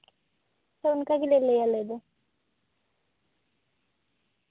ᱦᱳᱭ ᱚᱱᱠᱟ ᱜᱮᱞᱮ ᱞᱟᱹᱭᱟ ᱟᱞᱮᱫᱚ